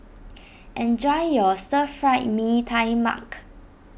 enjoy your Stir Fried Mee Tai Mak